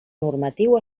normatiu